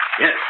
Yes